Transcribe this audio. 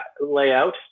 layout